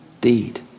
deed